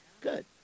Good